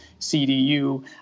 CDU